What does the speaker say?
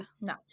No